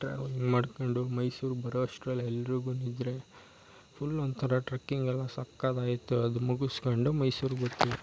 travel ಮಾಡಿಕೊಂಡು ಮೈಸೂರು ಬರುವಷ್ಟ್ರಲ್ಲಿ ಎಲ್ಲರಿಗು ನಿದ್ರೆ ಫುಲ್ ಒಂಥರ ಟ್ರಕ್ಕಿಂಗೆಲ್ಲ ಸಕ್ಕತಾಗಿತ್ತು ಅದು ಮುಗಿಸ್ಕೊಂಡು ಮೈಸೂರಿಗೆ ಹೋಗ್ತೀವಿ